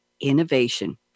innovation